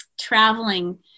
Traveling